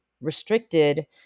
restricted